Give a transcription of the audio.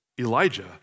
Elijah